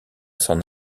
s’en